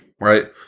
Right